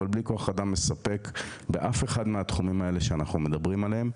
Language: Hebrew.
אבל בלי כוח אדם מספק באף אחד מהתחומים האלה שאנחנו מדברים עליהם.